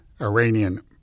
Iranian